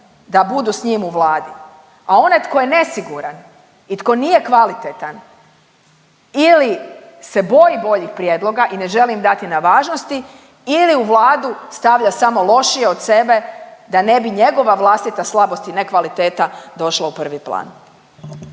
da budu s njim u Vladi, a onaj tko je nesiguran i tko nije kvalitetan ili se boji boljih prijedloga i ne želi im dati na važnosti ili u Vladu stavlja samo lošije od sebe da ne bi njegova vlastita slabost i ne kvaliteta došla u prvi plan.